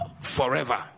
forever